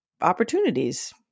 opportunities